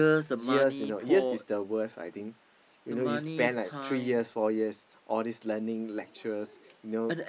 years you know years is the worst I think you know you spend like three years four years all these learning lecturers you know